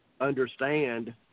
understand